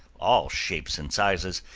all shapes and sizes,